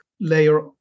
layer